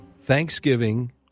Thanksgiving